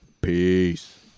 Peace